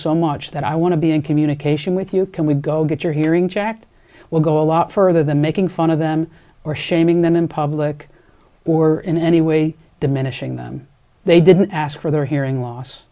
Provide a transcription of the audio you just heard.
so much that i want to be in communication with you can we go get your hearing checked will go a lot further than making fun of them or shaming them in public or in any way diminishing them they didn't ask for their hearing loss